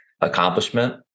accomplishment